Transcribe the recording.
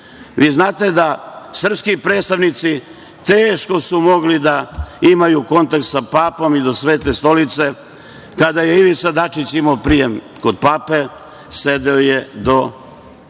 znate da su srpski predstavnici teško mogli da imaju kontakt sa papom i sa Svetom stolicom, a kada je Ivica Dačić imao prijem kod pape, sedeo je do Svete